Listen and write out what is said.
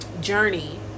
journey